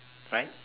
right